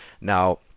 Now